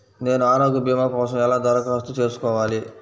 నేను ఆరోగ్య భీమా కోసం ఎలా దరఖాస్తు చేసుకోవాలి?